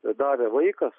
davė vaikas